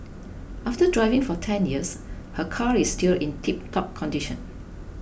after driving for ten years her car is still in tiptop condition